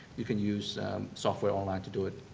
you can use software online to do it.